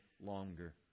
longer